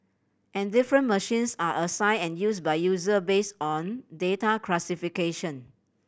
and different machines are assigned and used by users based on data classification